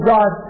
God